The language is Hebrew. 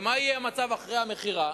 ומה יהיה המצב אחרי המכירה?